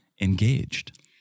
engaged